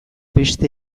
beste